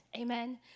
Amen